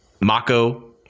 Mako